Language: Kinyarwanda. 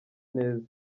neza